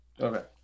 Okay